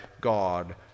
God